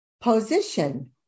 Position